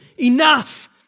Enough